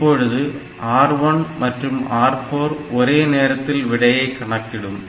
இப்பொழுது R1 மற்றும் R4 ஒரே நேரத்தில் விடையை கணக்கிடும்